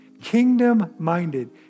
kingdom-minded